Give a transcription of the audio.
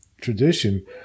tradition